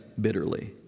bitterly